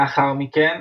לאחר מכן,